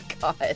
God